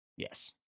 Yes